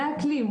זה הכלי,